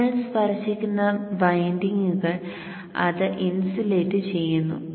നിങ്ങൾ സ്പർശിക്കുന്ന വിൻഡിംഗുകൾ അത് ഇൻസുലേറ്റ് ചെയ്യുന്നു